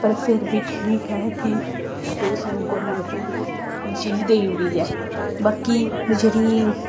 पर फिर बी ठीक ऐ कि एह् सानूं गौरमैंट ने एह् चीज देई ओड़ी ऐ बाकी जेह्ड़ी